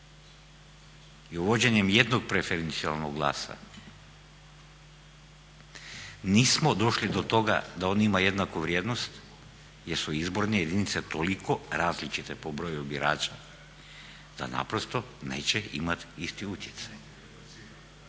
I uvođenjem jednog preferencijalnog glasa nismo došli do toga da on ima jednaku vrijednost jer su izborne jedinice toliko različite po broju birača da naprosto neće imati isti utjecaj.